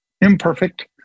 imperfect